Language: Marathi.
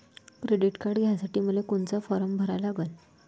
क्रेडिट कार्ड घ्यासाठी मले कोनचा फारम भरा लागन?